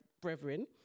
brethren